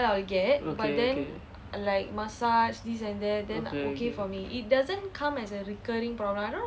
okay okay okay